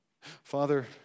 Father